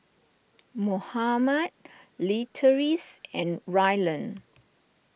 Mohammad Leatrice and Rylan